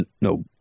no